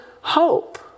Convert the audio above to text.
hope